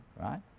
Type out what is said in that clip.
right